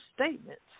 statements